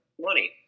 money